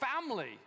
family